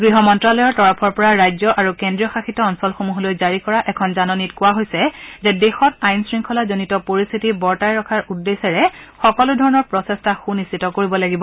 গৃহ মন্তালয়ৰ তৰফৰ পৰা ৰাজ্য আৰু কেন্দ্ৰীয় শাসিত অঞ্চলসমূহলৈ জাৰি কৰা এখন জাননীত কোৱা হৈছে যে দেশত আইন শৃংখলাজনিত পৰিস্থিতি বৰ্তাই ৰখাৰ উদ্দেশ্যেৰে সকলো ধৰণৰ প্ৰচেষ্টা সুনিশ্চিত কৰিব লাগিব